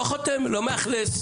ואומרים שהם לא חותמים ולא מאכלסים.